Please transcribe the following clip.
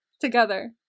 together